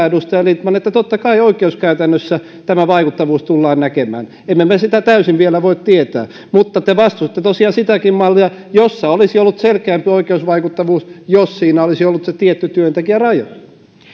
edustaja lindtman että totta kai oikeuskäytännössä tämä vaikuttavuus tullaan näkemään emme me me sitä täysin vielä voi tietää mutta te vastustatte tosiaan sitäkin mallia jossa olisi ollut selkeämpi oikeusvaikuttavuus jos siinä olisi ollut se tietty työntekijäraja